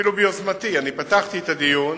אפילו ביוזמתי אני פתחתי את הדיון